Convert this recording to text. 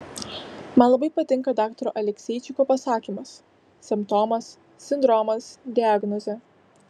man labai patinka daktaro alekseičiko pasakymas simptomas sindromas diagnozė